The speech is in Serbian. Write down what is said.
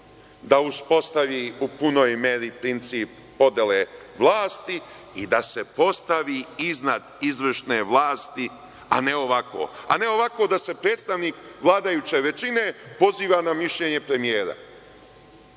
da uspostavi u punoj meri princip podele vlasti i da se postavi iznad izvršne vlasti, a ne ovako da se predstavnik vladajuće većine poziva na mišljenje premijera.